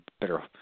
better